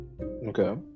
Okay